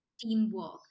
teamwork